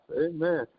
Amen